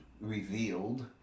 revealed